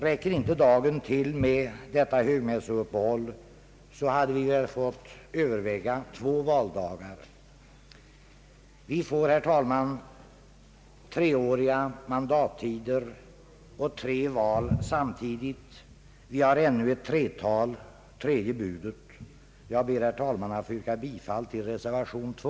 Om inte dagen skulle räcka till med detta högmässouppehåll hade vi väl måst överväga två valdagar. Vi får, herr talman, treåriga mandattider och tre val samtidigt. Vi har ännu ett tretal: tredje budet. Jag ber, herr talman, att få yrka bifall till reservationen 2.